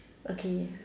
okay